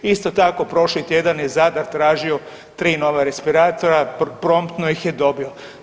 Isto tako prošli tjedan je Zadar tražio 3 nova respiratora, promptno ih je dobio.